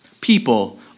People